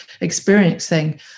experiencing